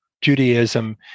Judaism